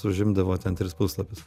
užimdavo ten tris puslapius